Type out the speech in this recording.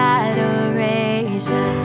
adoration